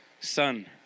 Son